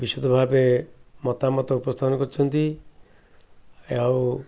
ବିସ୍ତୃତ ଭାବେ ମତାମତ ଉପସ୍ଥାନ କରିଛନ୍ତି ଆଉ